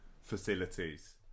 facilities